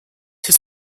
his